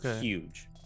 huge